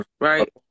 right